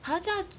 !huh! 这样